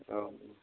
औ